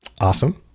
Awesome